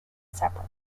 separately